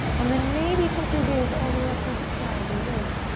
and then maybe take your gaze all the way up towards the sky. breathe in.